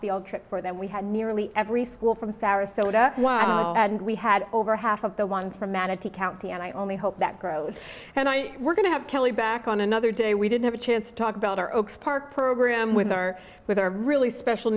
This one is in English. field trip for them we had nearly every school from sarasota and we had over half of the ones from manatee county and i only hope that grows and i were going to have kelly back on another day we didn't have a chance to talk about our oaks park program with our with our really special